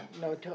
no